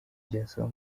byasaba